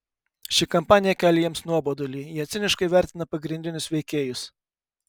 ši kampanija kelia jiems nuobodulį jie ciniškai vertina pagrindinius veikėjus